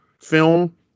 film